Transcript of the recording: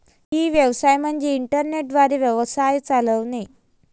E व्यवसाय म्हणजे internet द्वारे व्यवसाय चालवणे